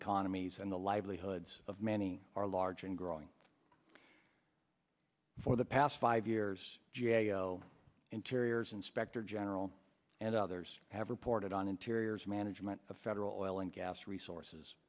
economies and the livelihoods of many are large and growing for the past five years g a o interiors inspector general and others have reported on interiors management of federal and gas resources